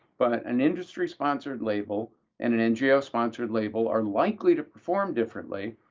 but an industry-sponsored label and an ngo-sponsored label are likely to perform differently,